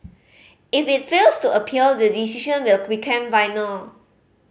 if it fails to appeal the decision will become final